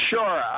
Sure